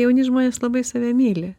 jauni žmonės labai save myli